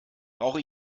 brauche